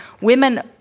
women